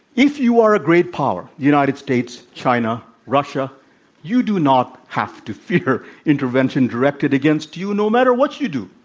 if you are a great power the united states, china, russia you do not have to fear intervention directed against you no matter what you do.